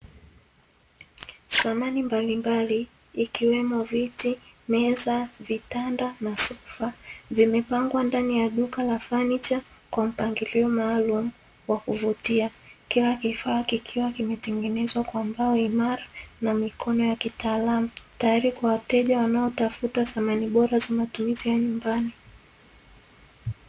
Samani mbalimbali ikiwemo: viti, meza, vitanda na masofa vimepangwa ndani ya duka la fanicha kwa mpangilio maalumu wa kuvutia, kila kifaa kikiwa kimetengenezwa kwa mbao imara na mikono ya kitaalamu tayari kwa wateja wanaotafuta samani bora za matumizi ya nyumbani.